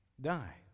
die